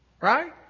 Right